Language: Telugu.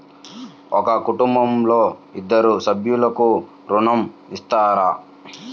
ఒక కుటుంబంలో ఇద్దరు సభ్యులకు ఋణం ఇస్తారా?